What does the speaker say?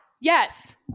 Yes